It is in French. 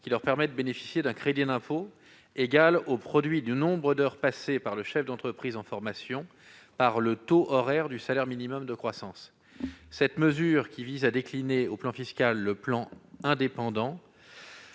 qui leur permet de bénéficier d'un crédit d'impôt, égal au produit du nombre d'heures passées par le chef d'entreprise en formation par le taux horaire du salaire minimum de croissance. Cette mesure, qui vise à décliner fiscalement le plan Indépendants,